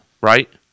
right